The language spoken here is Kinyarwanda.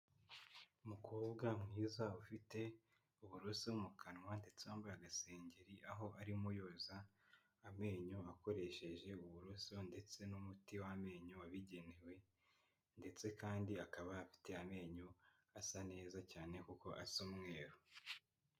Umukobwa mwiza ufite uburoso mu kanwa ndetse wambaye agasengeri, aho arimo yoza amenyo akoresheje uburoso ndetse n'umuti w'amenyo wabigenewe, ndetse kandi akaba afite amenyo asa neza cyane kuko asa umweru.